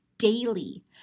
daily